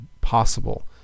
possible